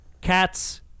cats